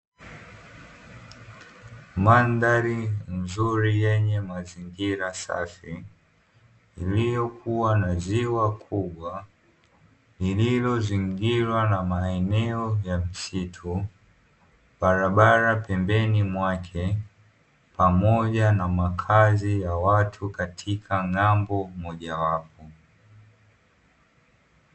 Mandhari nzuri yenye mazingira safi iliyokuwa na ziwa kubwa, lililozingira na maeneo ya msitu barabara pembeni mwake, pamoja na makazi ya watu katika ng'ambo mojawapo.